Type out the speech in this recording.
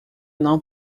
não